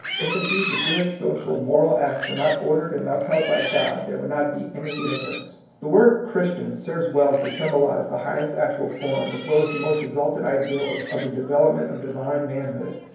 if indeed the good, social, moral act were not ordered and upheld by god, there would not be any universe. the word christian serves well to sym bolize the highest actual form, as well as the most exalted ideal, of the development of divine manhood.